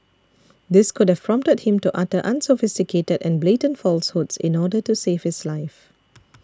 this could have prompted him to utter unsophisticated and blatant falsehoods in order to save his life